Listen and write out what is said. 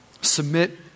Submit